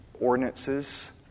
ordinances